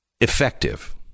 effective